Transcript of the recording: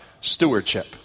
stewardship